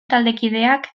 taldekideak